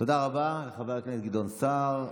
תודה רבה, חבר הכנסת גדעון סער.